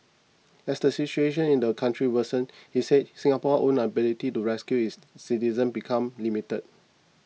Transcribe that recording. as the situation in the country worsens he said Singapore's own ability to rescue its citizens becomes limited